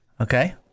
Okay